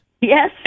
Yes